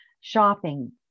shopping